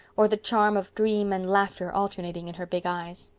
or the charm of dream and laughter alternating in her big eyes.